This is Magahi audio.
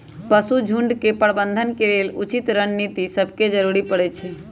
पशु झुण्ड के प्रबंधन के लेल उचित रणनीति सभके जरूरी परै छइ